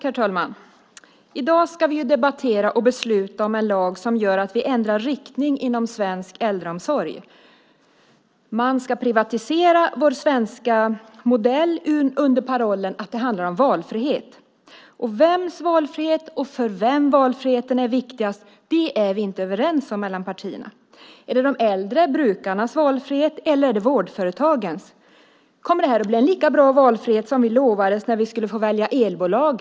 Fru talman! I dag ska vi debattera och besluta om en lag som gör att vi ändrar riktning inom svensk äldreomsorg. Man ska privatisera vår svenska modell under parollen att det handlar om valfrihet. Vems valfrihet det handlar om och för vem valfriheten är viktigast är vi inte överens om mellan partierna. Är det de äldres, brukarnas, valfrihet, eller är det vårdföretagens? Kommer detta att bli en lika bra valfrihet som vi lovades när vi skulle få välja elbolag?